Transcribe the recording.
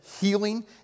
healing